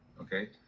Okay